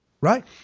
Right